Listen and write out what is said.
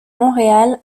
montréal